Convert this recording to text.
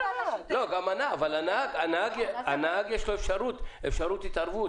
אבל הנהג, יש לו אפשרות התערבות.